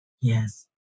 Yes